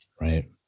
Right